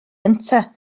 ynte